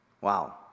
Wow